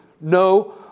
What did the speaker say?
no